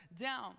down